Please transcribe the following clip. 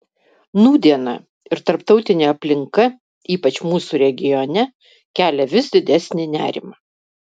nūdiena ir tarptautinė aplinka ypač mūsų regione kelia vis didesnį nerimą